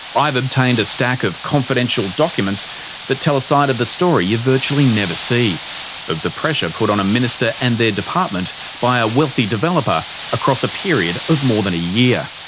i've obtained a stack of confidential documents that tell a side of the story you virtually never see of the pressure put on a minister and their department by a wealthy developer across a period of more than a year,